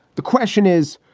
the question is,